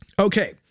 Okay